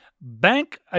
Bank